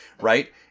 right